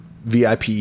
vip